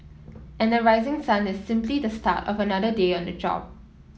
and the rising sun is simply the start of another day on the job